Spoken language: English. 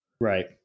Right